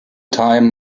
time